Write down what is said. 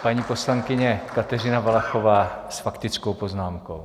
Paní poslankyně Kateřina Valachová s faktickou poznámkou.